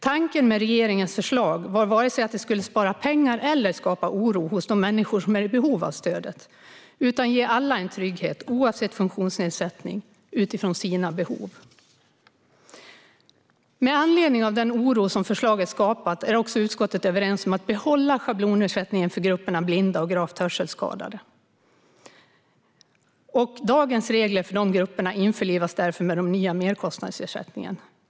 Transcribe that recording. Tanken med regeringens förslag var inte att det skulle spara pengar eller skapa oro hos de människor som är i behov av stödet, utan tanken var att det skulle ge alla en trygghet utifrån sina behov, oavsett funktionsnedsättning. Med anledning av den oro som förslaget har skapat är utskottet också överens om att behålla schablonersättningen för grupperna blinda och gravt hörselskadade. Dagens regler för dessa grupper införlivas därför i den nya merkostnadsersättningen.